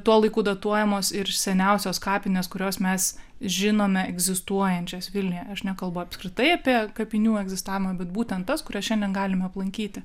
tuo laiku datuojamos ir seniausios kapinės kurios mes žinome egzistuojančias vilniuje aš nekalbu apskritai apie kapinių egzistavimą bet būtent tas kurias šiandien galime aplankyti